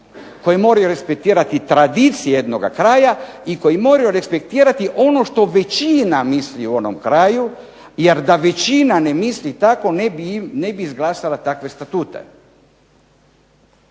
koji moraju respektirati tradicije jednoga kraja i koji moraju respektirati ono što većina misli u onom kraju, jer da većina ne misli tako ne bi izglasala takve statute.